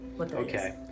Okay